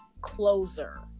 closer